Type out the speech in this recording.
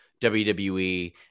WWE